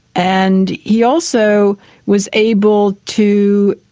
and he also was able to,